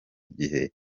gihe